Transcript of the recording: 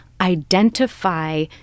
identify